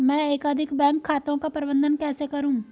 मैं एकाधिक बैंक खातों का प्रबंधन कैसे करूँ?